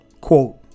quote